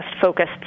focused